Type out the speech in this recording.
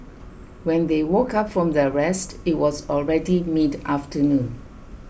when they woke up from their rest it was already mid afternoon